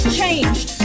changed